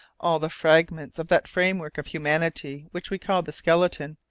all the fragments of that framework of humanity which we call the skeleton,